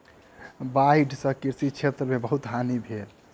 बाइढ़ सॅ कृषि क्षेत्र में बहुत हानि भेल